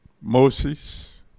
Moses